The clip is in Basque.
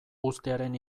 uztearen